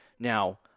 Now